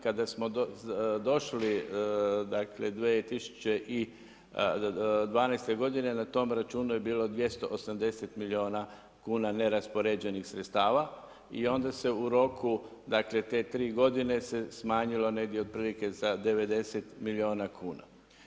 Kada smo došli, dakle 2012. godine na tom računu je bilo 280 milijuna kuna neraspoređenih sredstava i onda se u roku, dakle te tri godine se smanjilo negdje otprilike za 90 milijuna kuna.